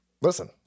Listen